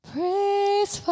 Praise